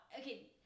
Okay